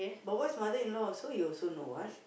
but where's mother-in-law so you also know what